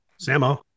sammo